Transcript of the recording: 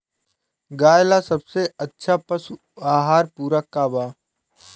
गाय ला सबसे अच्छा पशु आहार पूरक का बा?